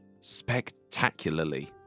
spectacularly